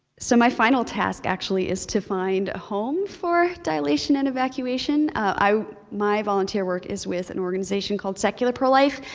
so my final task, actually, is to find a home for dilation and evacuation. ah, i my volunteer work is with an organization called secular pro-life,